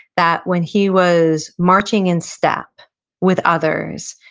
that when he was marching in step with others,